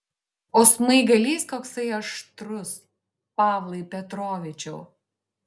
o smaigalys koksai aštrus pavlai petrovičiau